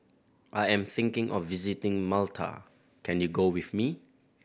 I am thinking of visiting Malta can you go with me